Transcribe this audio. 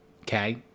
okay